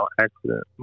accident